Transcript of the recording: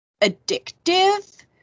addictive